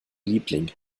liebling